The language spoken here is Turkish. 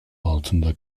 altında